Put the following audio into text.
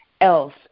else